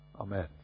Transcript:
amen